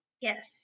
Yes